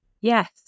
Yes